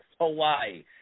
Hawaii